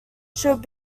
should